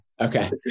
okay